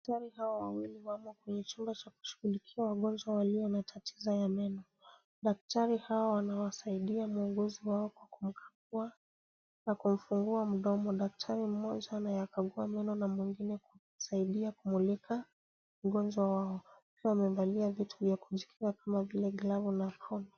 Daktari hawa wawili wamo kwenye chumba cha kushughulikia wagonjwa walio na tatizo ya meno. Daktari hawa wanawasaidia muuguzi wao kwa kumkagua na kumfungua mdomo. Daktari mmoja anayakagua meno na mwingine kwa kusaidia kumulika mgonjwa wao. Wote wamevalia vitu vya kujikinga kama vile glavu na aproni.